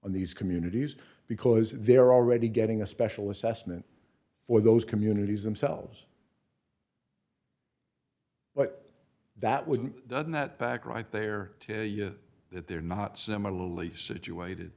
on these communities because they're already getting a special assessment for those communities themselves but that was not in that back right there yet that they're not similarly situated